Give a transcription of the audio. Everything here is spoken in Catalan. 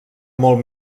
molt